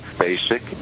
basic